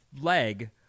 leg